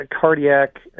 cardiac